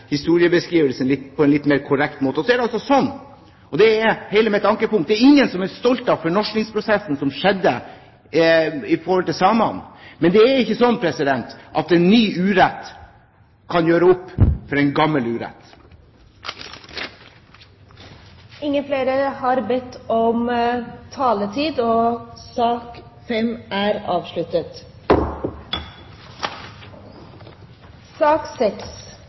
historiebeskrivelsen på en litt mer korrekt måte. Så er det også slik, og det er mitt ankepunkt, at det er ingen som er stolt av fornorskningsprosessen som skjedde når det gjaldt samene. Men en ny urett kan heller ikke gjøre opp for en gammel urett. Flere har ikke bedt om ordet til sak